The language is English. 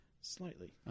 Slightly